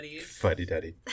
fuddy-duddy